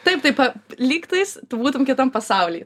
taip taip lygtais tu būtum kitam pasauly